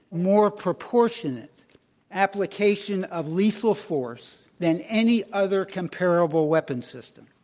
more proportionate application of lethal force than any other comparable weapon system.